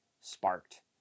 sparked